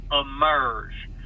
emerge